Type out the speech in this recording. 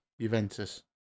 Juventus